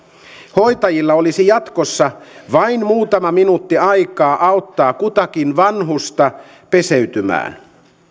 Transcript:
hoitajilla olisi jatkossa vain muutama minuutti aikaa auttaa kutakin vanhusta peseytymään